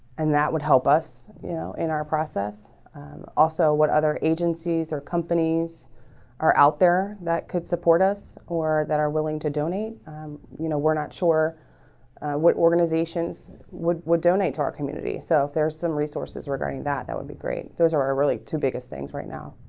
and that would help us, you know in our process also what other agencies or companies are out there that could support us or that are willing to donate you know, we're not sure what organizations would would donate to our community? so if there's some resources regarding that, that would be great those are really two biggest things right now